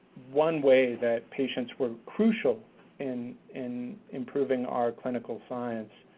one way that patients were crucial in in improving our clinical science.